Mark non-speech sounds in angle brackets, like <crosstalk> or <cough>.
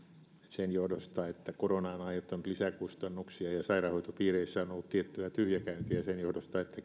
sen johdosta että korona on aiheuttanut lisäkustannuksia ja sairaanhoitopiireissä on ollut tiettyä tyhjäkäyntiä sen johdosta että <unintelligible>